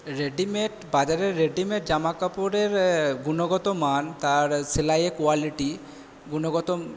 readymade বাজারের readymade জামা কাপড়ের গুণগত মান তার সেলাইয়ের কোয়ালিটি গুণগত